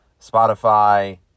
Spotify